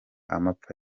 amapfa